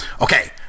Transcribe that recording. Okay